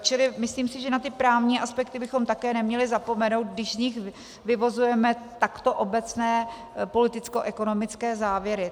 Čili myslím si, že na ty právní aspekty bychom také neměli zapomenout, když z nich vyvozujeme takto obecné politickoekonomické závěry.